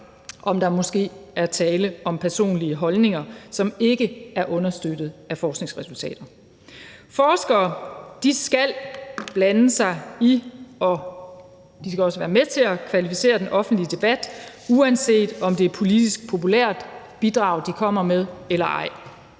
om der måske er tale om personlige holdninger, som ikke er understøttet af forskningsresultater. Forskere skal blande sig, og de skal også være med til at kvalificere den offentlige debat, uanset om det bidrag, de kommer med, er